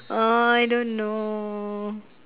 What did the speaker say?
uh I don't know